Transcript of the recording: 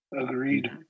Agreed